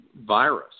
virus